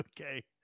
Okay